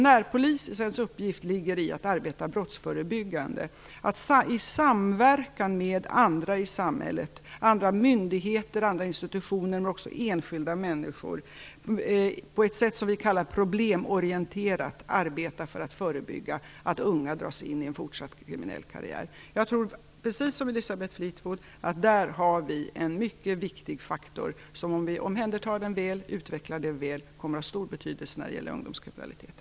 Närpolisens uppgift är att arbeta brottsförebyggande, att i samverkan med andra myndigheter och institutioner i samhället men också med enskilda människor på ett sätt som vi kallar problemorienterat arbeta för att förebygga att unga dras in i en fortsatt kriminell karriär. Jag tror, precis som Elisabeth Fleetwood, att vi där har en mycket viktig faktor som, om vi omhändertar och utvecklar den väl, kommer att ha stor betydelse när det gäller ungdomskriminaliteten.